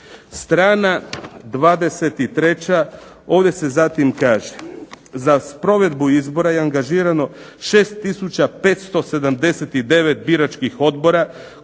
Strana 23. ovdje se zatim kaže: "Za sprovedbu izbora je angažirano 6 tisuća 579 biračkih odbora